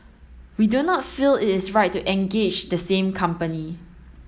we do not feel it is right to engage the same company